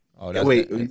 Wait